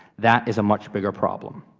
that is a much bigger problem.